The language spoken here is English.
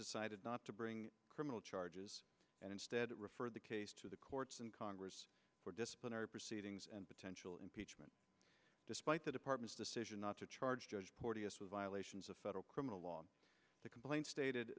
decided not to bring criminal charges and instead referred the case to the courts in congress for disciplinary proceedings and potential impeachment despite the department's decision not to charge judge porteous with violations of federal criminal law complaint stated